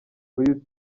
uyu